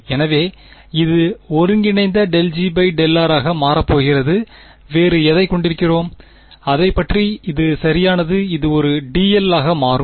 எனவே இது ஒருங்கிணைந்த ∂G ∂r ஆக மாறப் போகிறது வேறு எதைக் கொண்டிருக்கிறோம் அதைப் பற்றி இது சரியானது இது ஒரு dl ஆக மாறும்